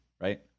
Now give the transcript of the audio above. right